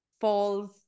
falls